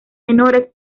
menores